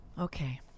Okay